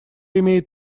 имеет